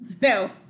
No